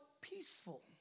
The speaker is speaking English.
peaceful